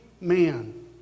man